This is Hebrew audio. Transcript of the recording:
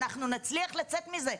אנחנו נצליח לצאת מזה.